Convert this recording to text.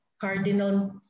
Cardinal